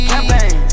Campaign